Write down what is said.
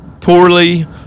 poorly